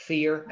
Fear